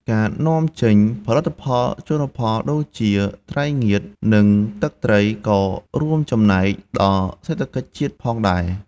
ការនាំចេញ ផលិតផលជលផលដូចជាត្រីងៀតនិងទឹកត្រីក៏រួមចំណែកដល់សេដ្ឋកិច្ចជាតិផងដែរ។